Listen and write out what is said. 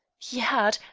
he had,